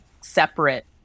separate